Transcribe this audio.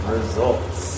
Results